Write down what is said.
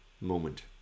moment